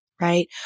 right